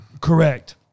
Correct